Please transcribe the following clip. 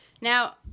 Now